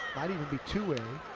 might even be two a,